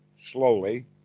slowly